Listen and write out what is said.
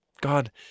God